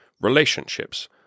relationships